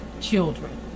children